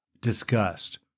Disgust